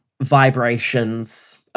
vibrations